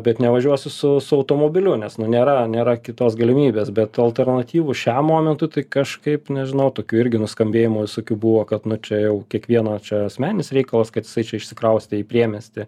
bet nevažiuosiu su su automobiliu nes nėra nėra kitos galimybės bet alternatyvų šiam momentui tai kažkaip nežinau tokių irgi nuskambėjimų visokių buvo kad čia jau kiekvieno čia asmeninis reikalas kad jisai čia išsikraustė į priemiestį